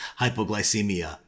hypoglycemia